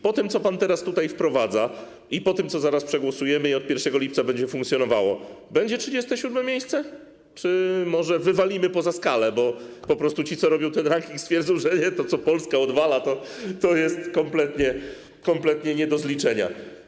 Po tym, co pan teraz tutaj wprowadza, i po tym, co zaraz przegłosujemy i od 1 lipca będzie funkcjonowało, będzie 37. miejsce czy może wywalimy poza skalę, bo po prostu ci, co robią ten ranking, stwierdzą, że nie, to, co Polska odwala, to jest kompletnie nie do zliczenia?